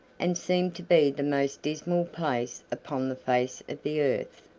and seemed to be the most dismal place upon the face of the earth.